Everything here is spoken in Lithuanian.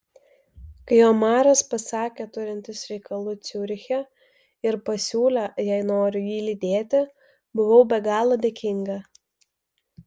kai omaras pasakė turintis reikalų ciuriche ir pasiūlė jei noriu jį lydėti buvau be galo dėkinga